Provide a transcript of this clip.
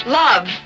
love